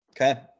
Okay